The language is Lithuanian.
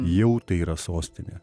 jau tai yra sostinė